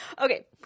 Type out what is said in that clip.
okay